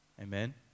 Amen